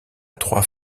trois